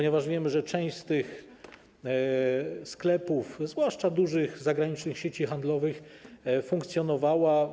Wiemy przecież, że część z tych sklepów, zwłaszcza dużych, zagranicznych sieci handlowych, funkcjonowała.